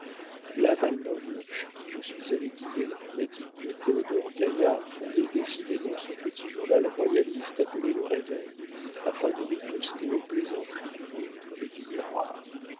la val-noble chez qui je suis allée dîner m'a dit que théodore gaillard fondait décidément son petit journal royaliste appelé le réveil afin de riposter aux plaisanteries du vôtre et du miroir